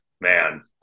man